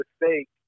mistake